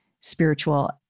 spiritual